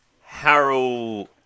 Harold